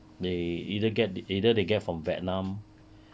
they either get the either they get from vietnam